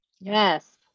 Yes